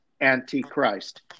antichrist